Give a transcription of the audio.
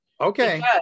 Okay